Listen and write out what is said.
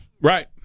Right